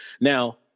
Now